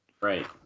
Right